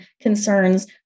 concerns